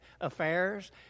affairs